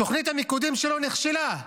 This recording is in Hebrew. תוכנית המיקודים שלו נכשלה,